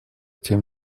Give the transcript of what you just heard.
тем